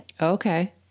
Okay